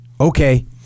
okay